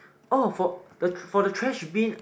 oh for the for the trash bin